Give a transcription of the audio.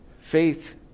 Faith